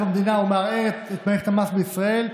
המדינה ומערערת את מערכת המס בישראל,